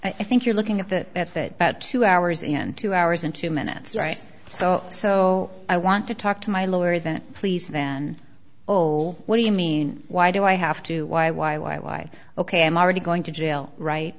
i think you're looking at that at that but two hours and two hours in two minutes right so so i want to talk to my lawyer then please then ole what do you mean why do i have to why why why why ok i'm already going to jail right